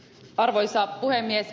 arvoisa puhemies